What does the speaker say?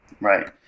Right